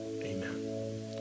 Amen